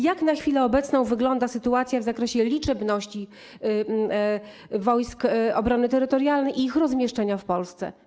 Jak na chwilę obecną wygląda sytuacja w zakresie liczebności Wojsk Obrony Terytorialnej i ich rozmieszczenia w Polsce?